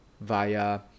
via